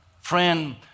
Friend